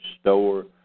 store